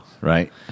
Right